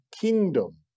kingdom